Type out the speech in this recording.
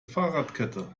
fahrradkette